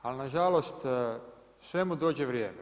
Ali na žalost svemu dođe vrijeme.